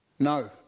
No